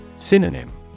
Synonym